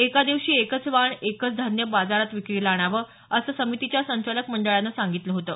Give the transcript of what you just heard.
एका दिवशी एकच वाण एकच धान्य बाजारात विक्रीला आणावं असं समितीच्या संचालक मंडळानं सांगितलं होतं